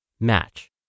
Match